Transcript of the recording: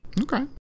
Okay